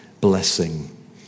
blessing